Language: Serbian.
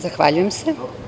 Zahvaljujem se.